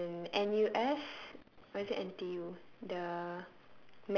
in N_U_S or is it N_T_U the